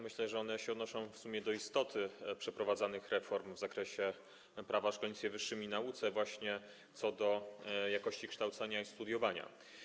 Myślę, że one się odnoszą w sumie do istoty przeprowadzanych reform w zakresie Prawa o szkolnictwie wyższym i nauce właśnie co do jakości kształcenia i studiowania.